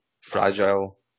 fragile